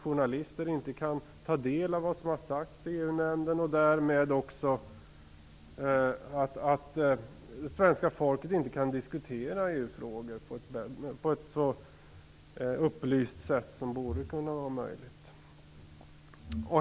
Journalister kan inte ta del av vad som har sagt i EU-nämnden, och därmed kan det svenska folket inte diskutera EU frågor på ett så upplyst sätt som borde kunna vara möjligt.